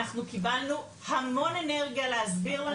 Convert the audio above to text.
אנחנו קיבלנו המון אנרגיה להסביר לנו,